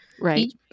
Right